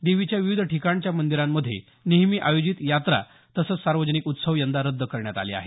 देवीच्या विविध ठिकाणच्या मंदीरांमध्ये नेहमी आयोजित यात्रा तसंच सार्वजनिक उत्सव यंदा रद्द करण्यात आले आहेत